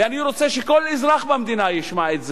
ואני רוצה שכל אזרח במדינה ישמע את זה.